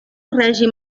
règim